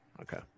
Okay